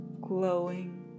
glowing